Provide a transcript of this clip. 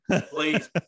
please